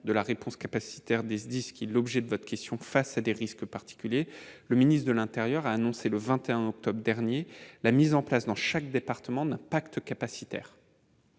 de la réponse capacitaire des SDIS face à des risques particuliers, le ministre de l'intérieur a annoncé, le 21 octobre dernier, la mise en place dans chaque département d'un pacte capacitaire.